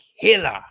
Killer